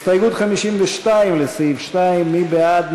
הסתייגות 52 לסעיף 2, מי בעד?